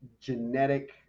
genetic